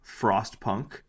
Frostpunk